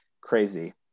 crazy